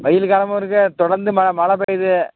வெயில் காலமும் இருக்குது தொடர்ந்து ம மழை பெய்யுது